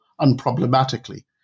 unproblematically